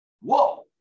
Whoa